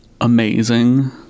amazing